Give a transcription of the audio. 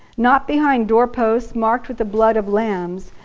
not behind doorposts marked with the blood of lambs,